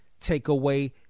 Takeaway